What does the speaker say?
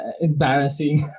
embarrassing